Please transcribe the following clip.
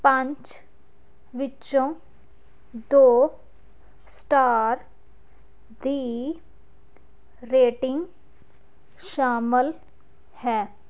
ਪੰਜ ਵਿੱਚੋਂ ਦੋ ਸਟਾਰ ਦੀ ਰੇਟਿੰਗ ਸ਼ਾਮਿਲ ਹੈ